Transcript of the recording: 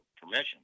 permission